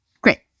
great